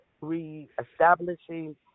re-establishing